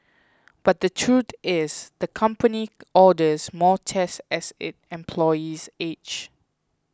but the truth is the company orders more tests as its employees age